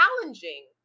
challenging